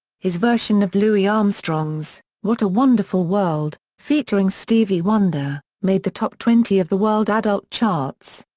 his version of louis armstrong's what a wonderful world, featuring stevie wonder, made the top twenty of the world adult charts.